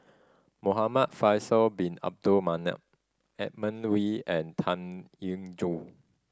Muhamad Faisal Bin Abdul Manap Edmund Wee and Tan Eng Joo